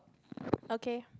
okay